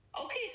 Okay